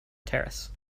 terrace